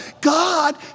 God